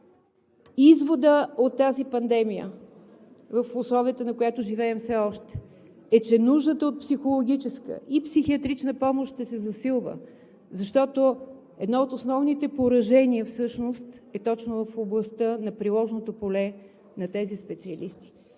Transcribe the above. Изводът от тази пандемия, в условията на която живеем все още, е, че нуждата от психологическа и психиатрична помощ ще се засилва, защото едно от основните поражения всъщност е точно в областта на приложното поле на тези специалисти.